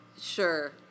Sure